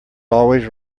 always